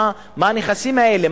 מה הנכסים האלה,